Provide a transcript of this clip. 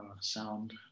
sound